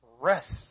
rest